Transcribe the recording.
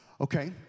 Okay